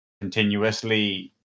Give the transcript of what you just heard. continuously